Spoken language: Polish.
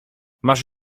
masz